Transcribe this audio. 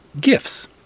gifts